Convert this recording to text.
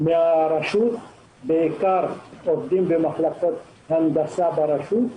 מן הרשות, בעיקר עובדים במחלקות הנדסה ברשות,